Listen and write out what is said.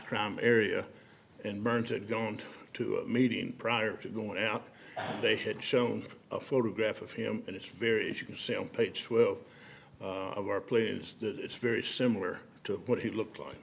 crime area and burns had gone to a meeting prior to going out they had shown a photograph of him and it's very you can see on page twelve of our plays that it's very similar to what he looked like